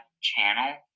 channel